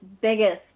biggest